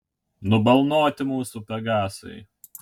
nubalnoti mūsų pegasai